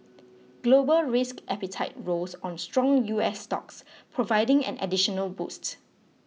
global risk appetite rose on strong U S stocks providing an additional boost